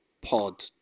pod